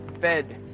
fed